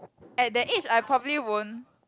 at that age I probably won't